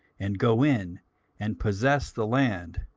and go in and possess the land,